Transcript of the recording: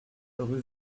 rue